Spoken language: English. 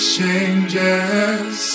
changes